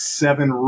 seven